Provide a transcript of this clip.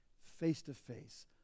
face-to-face